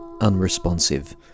unresponsive